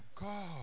God